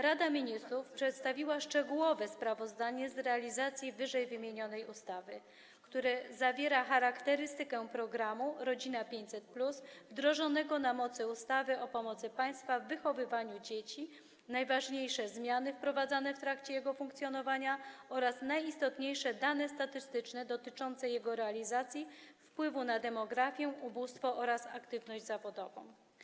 Rada Ministrów przedstawiła szczegółowe sprawozdanie z realizacji ww. ustawy, które zawiera charakterystykę programu „Rodzina 500+” wdrożonego na mocy ustawy o pomocy państwa w wychowywaniu dzieci, opis najważniejszych zmian wprowadzonych w trakcie jego funkcjonowania oraz najistotniejsze dane statystyczne dotyczące jego realizacji i wpływu na demografię, ubóstwo oraz aktywność zawodową.